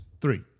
Three